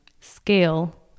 scale